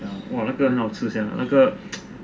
!wah! 那个很好吃 sia 那个